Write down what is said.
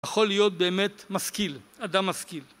יכול להיות באמת משכיל, אדם משכיל